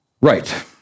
Right